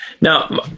Now